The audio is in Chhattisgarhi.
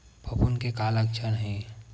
फफूंद के का लक्षण हे?